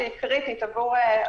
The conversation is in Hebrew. שהיא קריטית עבור הרבה מאוד יולדות.